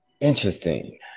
Interesting